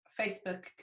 Facebook